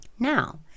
Now